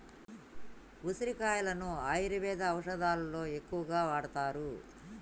ఉసిరికాయలను ఆయుర్వేద ఔషదాలలో ఎక్కువగా వాడుతారు